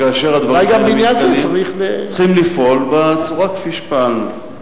אולי גם בעניין זה צריך, צריכים לפעול כפי שפעלנו.